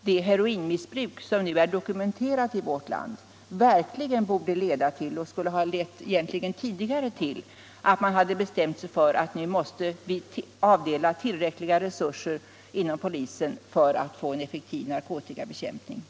det heroinmissbruk som nu är dokumenterat i vårt land verkligen borde leda till — och egentligen redan tidigare borde ha lett till — att man hade bestämt sig för att avdela tillräckliga resurser inom polisen för att få en effektiv narkotikabekämpning.